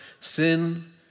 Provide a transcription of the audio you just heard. sin